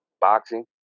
boxing